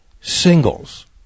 singles